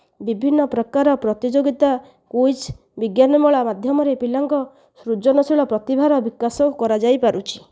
ବିଭିନ୍ନପ୍ରକାର ପ୍ରତିଯୋଗିତା କୁଇଜ୍ ବିଜ୍ଞାନମେଳା ମାଧ୍ୟମରେ ପିଲାଙ୍କ ସୃଜନଶୀଳ ପ୍ରତିଭାର ବିକାଶ କରାଯାଇପାରୁଛି